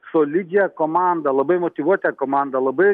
solidžią komandą labai motyvuotą komandą labai